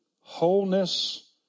wholeness